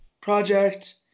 project